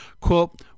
quote